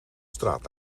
straat